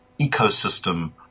ecosystem